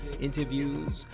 interviews